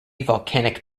volcanic